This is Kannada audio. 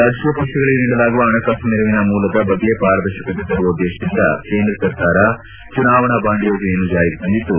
ರಾಜಕೀಯ ಪಕ್ಷಗಳಿಗೆ ನೀಡಲಾಗುವ ಪಣಕಾಸು ನೆರವಿನ ಮೂಲದ ಬಗ್ಗೆ ಪಾರದರ್ಶಕತೆ ತರುವ ಉದ್ದೇಶದಿಂದ ಕೇಂದ್ರ ಸರ್ಕಾರ ಚುನಾವಣಾ ಬಾಂಡ್ ಯೋಜನೆಯನ್ನು ಜಾರಿಗೆ ತಂದಿದ್ದು